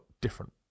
different